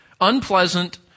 unpleasant